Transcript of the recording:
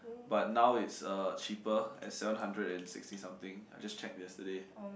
but now it's uh cheaper at seven hundred and sixty something I just checked yesterday